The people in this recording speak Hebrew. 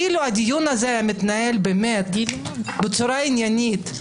אילו הדיון הזה היה מתנהל בצורה עניינית,